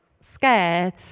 scared